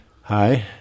Hi